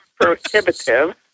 prohibitive